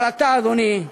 אבל אתה, אדוני,